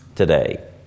Today